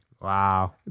Wow